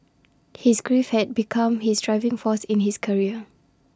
his grief had become his driving force in his career